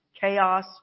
chaos